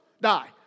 die